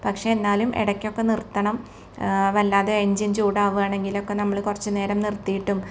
പക്ഷെ എന്നാലും ഇടയ്ക്കൊക്കെ നിർത്തണം വല്ലാതെ എഞ്ചിൻ ചൂടാവുകയൊക്കെ ആണെങ്കിൽ നമ്മൾ കുറച്ച് നേരം നിർത്തി ഇട്ടും